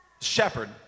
Shepherd